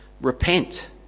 Repent